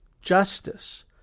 justice